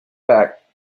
back